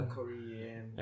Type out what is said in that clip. Korean